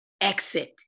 Exit